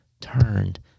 turned